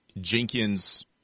Jenkins